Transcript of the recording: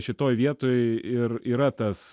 šitoj vietoj ir yra tas